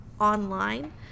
online